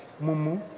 Mumu